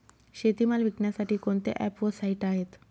शेतीमाल विकण्यासाठी कोणते ॲप व साईट आहेत?